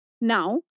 Now